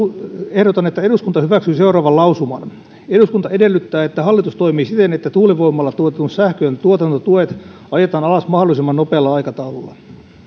ehdotan että eduskunta hyväksyy seuraavan lausuman eduskunta edellyttää että hallitus toimii siten että tuulivoimalla tuotetun sähkön tuotantotuet ajetaan alas mahdollisimman nopealla aikataululla